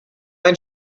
ein